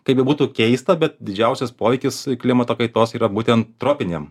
kaip bebūtų keista bet didžiausias poveikis klimato kaitos yra būtent tropinėm